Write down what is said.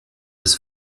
des